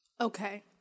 Okay